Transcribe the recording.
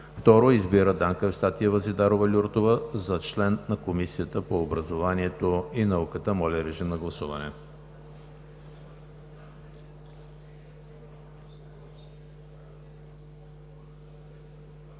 2. Избира Данка Евстатиева Зидарова-Люртова за член на Комисията по образованието и науката.“ Моля, режим на гласуване.